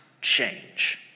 change